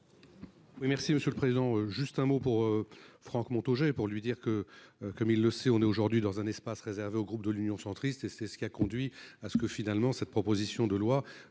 Monsieur le Président. Juste un mot pour Franck Montaugé pour lui dire que comme il le sait, on est aujourd'hui dans un espace réservé au groupe de l'Union centriste et c'est ce qui a conduit à ce que finalement cette proposition de loi